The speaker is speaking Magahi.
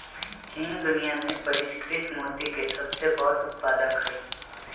चीन दुनिया में परिष्कृत मोती के सबसे बड़ उत्पादक हई